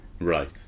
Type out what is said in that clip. right